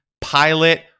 pilot